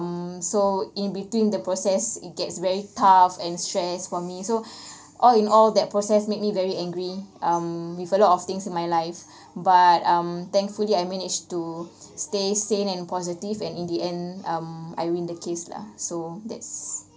mm so in between the process it gets very tough and stress for me so all in all that process made me very angry um with a lot of things in my life but um thankfully I managed to stay sane and positive and in the end um I win the case lah so that's